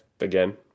Again